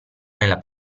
nella